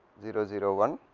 zero zero one,